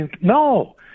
no